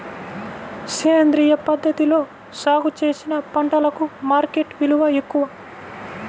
సేంద్రియ పద్ధతిలో సాగు చేసిన పంటలకు మార్కెట్ విలువ ఎక్కువ